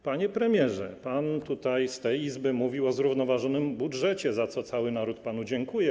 Panie premierze, pan tutaj, w tej Izbie mówił o zrównoważonym budżecie, za co cały naród panu dziękuje.